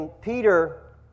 Peter